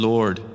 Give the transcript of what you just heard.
Lord